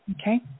Okay